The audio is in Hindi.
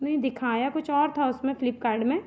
नहीं दिखाया कुछ और था उसमें फ़्लिपकार्ड में